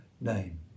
name